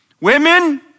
women